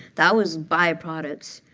that was byproduct.